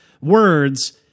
words